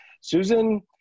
Susan